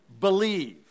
believe